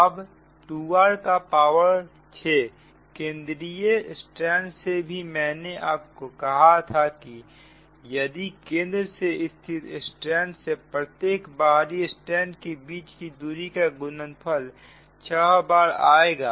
अब 2r का power 6 केंद्रीय स्ट्रैंड से भी मैंने आपको कहा था कि यदि केंद्र में स्थित स्ट्रैंड से प्रत्येक बाहरी स्ट्रैंड के बीच की दूरी का गुणनफल 6 बार आएगा